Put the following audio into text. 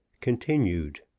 Continued